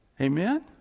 Amen